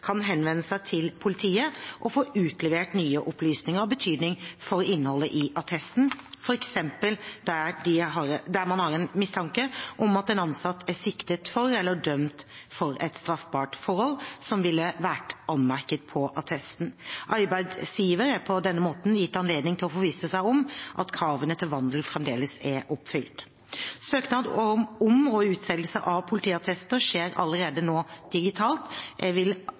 kan henvende seg til politiet og få utlevert nye opplysninger av betydning for innholdet i attesten, f.eks. der man har en mistanke om at en ansatt er siktet for eller dømt for et straffbart forhold som ville vært anmerket på attesten. Arbeidsgiver er på denne måten gitt anledning til å forvisse seg om at kravene til vandel fremdeles er oppfylt. Søknad om og utstedelse av politiattester skjer allerede nå digitalt. Jeg vil